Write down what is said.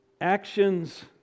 Actions